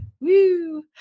Woo